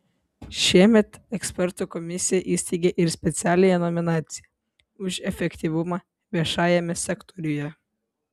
šiemet ekspertų komisija įsteigė ir specialiąją nominaciją už efektyvumą viešajame sektoriuje